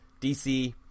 DC